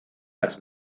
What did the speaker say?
las